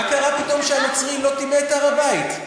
מה קרה פתאום שהנוצרי לא טימא את הר-הבית?